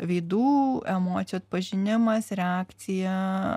veidų emocijų atpažinimas reakcija